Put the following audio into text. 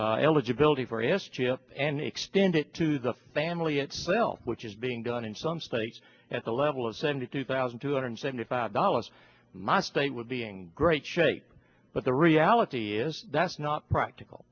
eligibility for us chip and extend it to the family itself which is being done in some states at the level of seventy two thousand two hundred seventy five dollars my state would being great shape but the reality is that's not practical